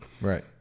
Right